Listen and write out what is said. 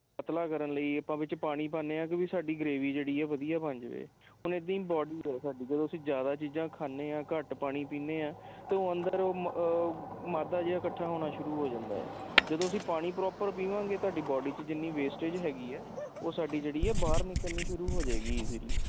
ਪਤਲਾ ਕਰਨ ਲਈ ਆਪਾਂ ਵਿੱਚ ਪਾਣੀ ਪਾਉਂਦੇ ਹਾਂ ਕਿਉਂਕਿ ਸਾਡੀ ਗ੍ਰੇਵੀ ਜਿਹੜੀ ਆ ਵਧੀਆ ਬਣ ਜਾਵੇ ਹੁਣ ਇੱਦਾਂ ਹੀ ਬੌਡੀ ਹੈ ਸਾਡੀ ਜਦੋਂ ਅਸੀਂ ਜ਼ਿਆਦਾ ਚੀਜ਼ਾਂ ਖਾਂਦੇ ਹਾਂ ਘੱਟ ਪਾਣੀ ਪੀਂਦੇ ਹਾਂ ਅਤੇ ਉਹ ਅੰਦਰ ਮ ਮਾਦਾ ਜਿਹਾ ਇਕੱਠਾ ਹੋਣਾ ਸ਼ੁਰੂ ਹੋ ਜਾਂਦਾ ਹੈ ਜਦੋਂ ਅਸੀਂ ਪਾਣੀ ਪ੍ਰੋਪਰ ਪੀਵਾਂਗੇ ਤੁਹਾਡੀ ਬੌਡੀ 'ਚ ਜਿੰਨੀ ਵੇਸਟੇਜ ਹੈਗੀ ਹੈ ਉਹ ਸਾਡੀ ਜਿਹੜੀ ਹੈ ਬਾਹਰ ਨਿਕਲਣੀ ਸ਼ੁਰੂ ਹੋ ਜਾਵੇਗੀ ਈਜ਼ੀਲੀ